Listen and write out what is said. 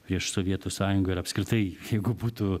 prieš sovietų sąjungą ir apskritai jeigu būtų